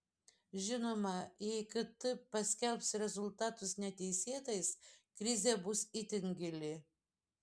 žinoma jei kt paskelbs rezultatus neteisėtais krizė bus itin gili